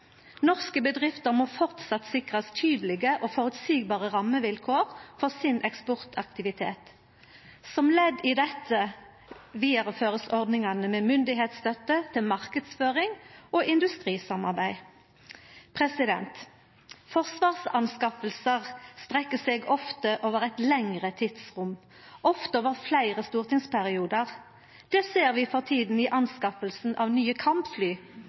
Norske bedrifter må framleis sikrast tydelege og føreseielege rammevilkår for sin eksportaktivitet. Som ledd i dette vidarefører ein ordningane med myndigheitsstøtte til marknadsføring og industrisamarbeid. Forsvarsinnkjøp strekkjer seg ofte over eit lengre tidsrom, ofte over fleire stortingsperiodar. Det ser vi for tida i kjøpet av nye